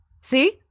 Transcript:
See